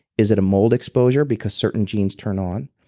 is it a mold exposure because certain genes turn on?